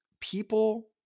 people